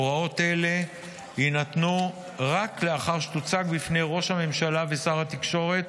הוראות אלו יינתנו רק לאתר שתוצג בפני ראש הממשלה ושר התקשורת